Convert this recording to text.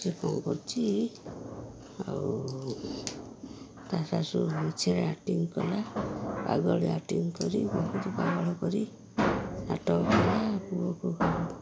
ସେ କ'ଣ କରୁଛି ଆଉ ତା' ସ ମିଛରେ ଆକ୍ଟିଙ୍ଗ କଲା ପାଗଳ ଆକ୍ଟିଙ୍ଗ କରି ବହୁତ ପାଗଳ ପରି ଆକ୍ଟିଙ୍ଗ କଲା ପୁଅ ବୋହୂଙ୍କୁ